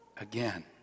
again